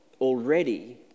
already